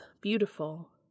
beautiful